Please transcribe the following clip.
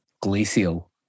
glacial